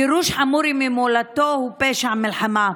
גירוש חמורי ממולדתו הוא פשע מלחמה.